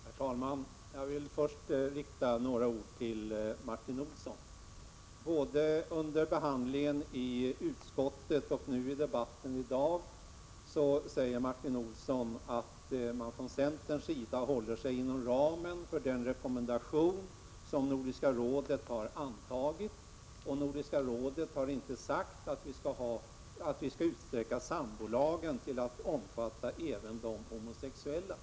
Herr talman! Jag vill först rikta några ord till Martin Olsson. Såväl under behandlingen i utskottet som nu i debatten i dag säger Martin Olsson att man från centerns sida håller sig inom ramen för den rekommendation som Nordiska rådet har antagit och att Nordiska rådet inte har sagt att vi skall utsträcka sambolagen till att även omfatta de homosexuella.